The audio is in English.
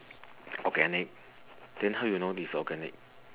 organic then how you know this organic